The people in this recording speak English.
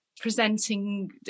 presenting